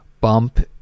bump